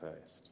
first